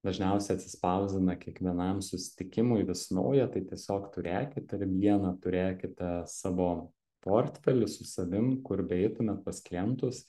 dažniausiai atsispausdina kiekvienam susitikimui vis naują tai tiesiog turėkit ir vieną turėkite savo portfely su savim kur beeitumėt pas klientus